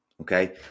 Okay